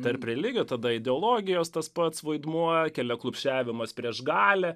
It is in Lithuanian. tarp religijų tada ideologijos tas pats vaidmuo keliaklupsčiavimas prieš galią